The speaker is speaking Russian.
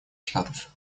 штатов